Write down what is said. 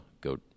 go